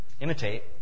Imitate